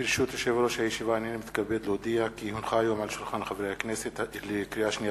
לפיכך אני קובע שהנושא יעבור לדיון